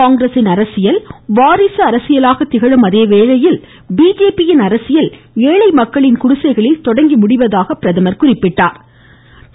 காங்கிரஸின் அரசியல் வாரிசு அரசியலாக திகழும் அதே வேளையில் பிஜேபி அரசியல் ஏழை மக்களின் குடிசைகளில் தொடங்கி முடிவதாக தெரிவித்தார்